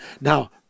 Now